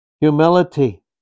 Humility